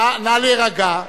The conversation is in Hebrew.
נא להירגע.